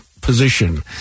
Position